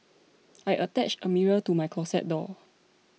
I attached a mirror to my closet door